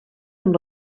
amb